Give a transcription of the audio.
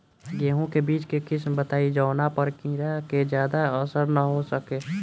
गेहूं के बीज के किस्म बताई जवना पर कीड़ा के ज्यादा असर न हो सके?